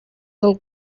del